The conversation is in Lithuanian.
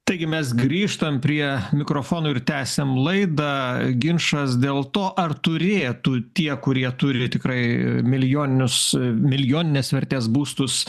taigi mes grįžtam prie mikrofono ir tęsiam laidą ginčas dėl to ar turėtų tie kurie turi tikrai milijoninius milijoninės vertės būstus